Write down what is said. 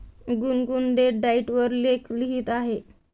गुनगुन date diet वर लेख लिहित आहे